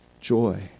Joy